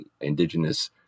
indigenous